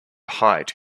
height